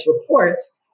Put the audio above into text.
reports